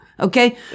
Okay